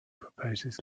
proposes